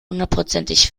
hundertprozentig